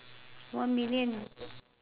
one million